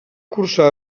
cursar